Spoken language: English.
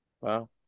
wow